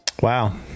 Wow